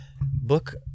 book